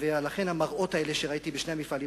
ולכן המראות האלה שראיתי בשני המפעלים